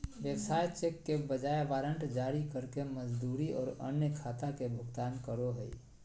व्यवसाय चेक के बजाय वारंट जारी करके मजदूरी और अन्य खाता के भुगतान करो हइ